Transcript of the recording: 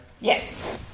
Yes